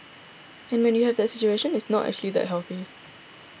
and when you have that situation it's not actually that healthy